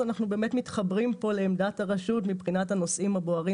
מתחברים פה לעמדת הרשות מבחינת הנושאים הבוערים.